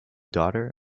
daughter